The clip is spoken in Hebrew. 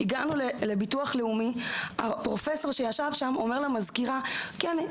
הגענו לביטוח לאומי והפרופסור שישב שם אמר למזכירה: כן,